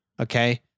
Okay